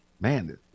man